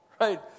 Right